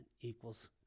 equals